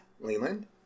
Leland